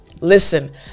Listen